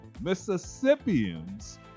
Mississippians